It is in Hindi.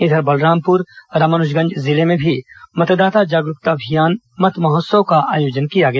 इधर बलरामपुर रामानुजगंज जिले में भी मतदाता जागरूकता अभियान मत महोत्सव का आयोजन किया गया